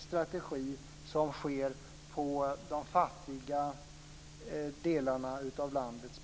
strategi på bekostnad av de fattiga delarna av landet.